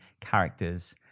characters